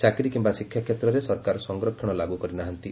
ଚାକିରି କିମ୍ବା କ୍ଷେତ୍ରରେ ସରକାର ସଂରକ୍ଷଣ ଲାଗୁ କରିନାହାନ୍ତି